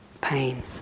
pain